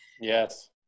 Yes